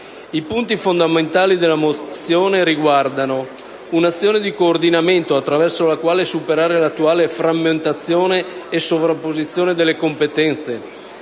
I punti fondamentali della mozione riguardano: un'azione di coordinamento attraverso la quale superare l'attuale frammentazione e sovrapposizione delle competenze;